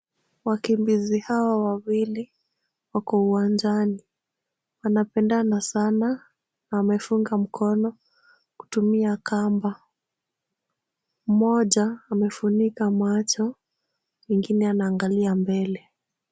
Wakimbizi hawa wawili wako uwanjani, wanapendana sana wamefunga mkono kutumia kamba. Moja amefunika macho, mwingine anaangalia mbele.